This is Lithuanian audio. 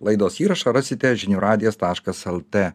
laidos įrašą rasite žinių radijas taškas lt